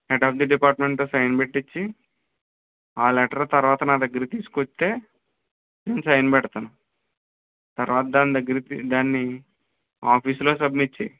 head of the డిపార్ట్మెంట్తో sign పెట్టించి ఆ లెటర్ తర్వాత నా దగ్గరకి తీసుకుని వస్తే నేను సైన్ పెడ్తాను తర్వాత దాని దగ్గర్ దాన్ని ఆఫీస్లో సబ్మిట్ చెయ్యి